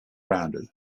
rounded